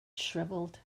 shriveled